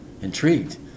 intrigued